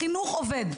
החינוך עובד,